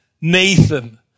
Nathan